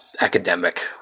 academic